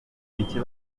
mike